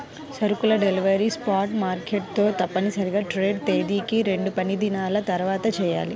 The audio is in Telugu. సరుకుల డెలివరీ స్పాట్ మార్కెట్ తో తప్పనిసరిగా ట్రేడ్ తేదీకి రెండుపనిదినాల తర్వాతచెయ్యాలి